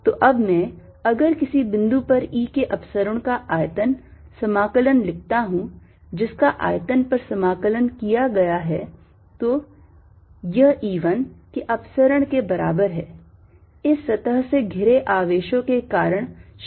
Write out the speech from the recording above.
तो अब मैं अगर किसी बिंदु पर E के अपसरण का आयतन समाकलन लिखता हूँ जिसका आयतन पर समाकलन किया गया है तो यह E1 के अपसरण के बराबर है इस सतह से घिरे आवेशों के कारण क्षेत्र E1 है